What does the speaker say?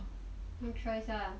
no choice ah